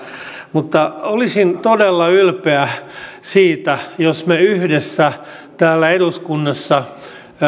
mutta olisin todella ylpeä jos me yhdessä täällä eduskunnassa